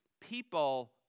people